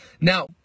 Now